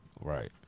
Right